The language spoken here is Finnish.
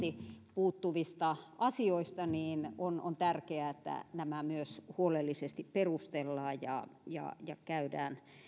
puuttuvista asioista niin on on tärkeää että nämä myös huolellisesti perustellaan ja ja käydään